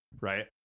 Right